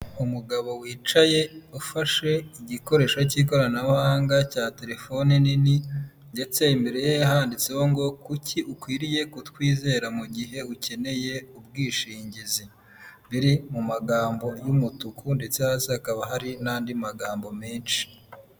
Umugabo wicaye ufashe igikoresho k'ikoranabuhanga cya telefone nini ndtse imbereye handitseho ngo kuki ukwiriye kutwizera mu gihe ukeneye ubwishingizi, biri mu magambo y'umutuku ndetse hasi hakaba hari n'andi magambo menshi.